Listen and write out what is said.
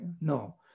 No